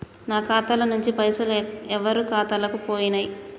నా ఖాతా ల నుంచి పైసలు ఎవరు ఖాతాలకు పోయినయ్?